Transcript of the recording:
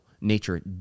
nature